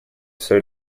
всё